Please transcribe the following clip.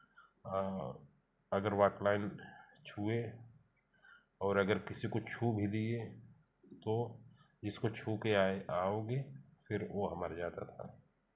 अगर वाट लाइन छुए और अगर किसी को छू भी दिए तो इसको छू कर आए आओगे फिर वह मर जाता था